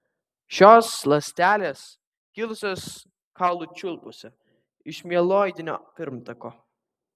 šios ląstelės kilusios kaulų čiulpuose iš mieloidinio pirmtako